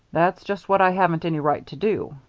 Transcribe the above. that's just what i haven't any right to do.